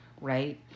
right